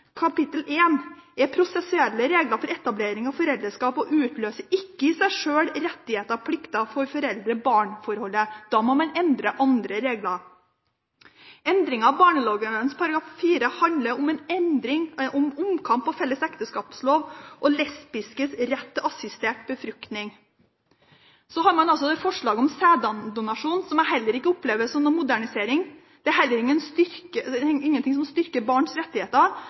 kapittel 1 omhandler prosessuelle regler for etablering av foreldreskap og utløser i seg sjøl ikke rettigheter og plikter for foreldre–barn-forholdet. Da må man endre andre regler. Endring av barneloven § 4 handler om en omkamp om felles ekteskapslov og lesbiskes rett til assistert befruktning. Så har man altså forslaget om sæddonasjon, som jeg heller ikke opplever som noen modernisering. Det er heller ingenting som styrker barns rettigheter. Det gjør det vanskeligere for par som